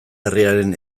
herriaren